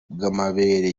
bw’amabere